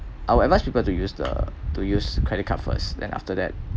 I would advise people to use the to use credit card first then after that